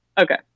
Okay